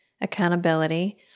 accountability